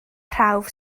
prawf